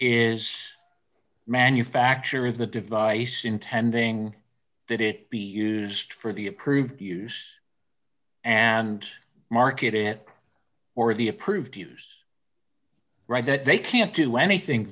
is manufacture the device intending that it be used for the approved use and market it or the approved use right that they can't do anything